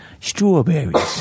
strawberries